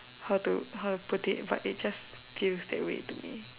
how to how to put it but it just feels that way to me